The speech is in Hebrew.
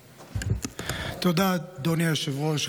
תודה, אדוני היושב-ראש.